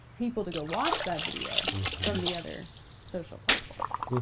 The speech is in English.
people to go watch that video from the other social platforms. so